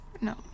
No